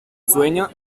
sueño